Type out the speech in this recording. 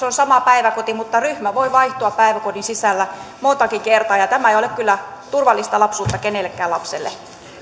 on sama päiväkoti ryhmä voi vaihtua päiväkodin sisällä montakin kertaa ja tämä ei ole kyllä turvallista lapsuutta kenellekään lapselle